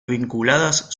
vinculadas